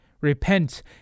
Repent